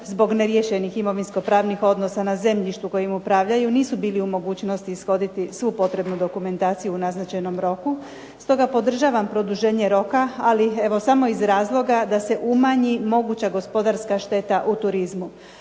zbog neriješenih imovinskopravnih odnosa na zemljištu kojim upravljaju nisu bili u mogućnosti ishoditi svu potrebnu dokumentaciju u naznačenom roku, stoga podržavam produženje roka, ali evo samo iz razloga da se umanji moguća gospodarska šteta u turizmu.